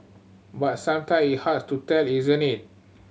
but sometime it hard to tell isn't it